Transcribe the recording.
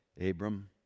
Abram